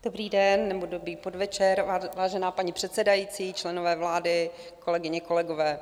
Dobrý den, nebo dobrý podvečer, vážená paní předsedající, členové vlády, kolegyně, kolegové.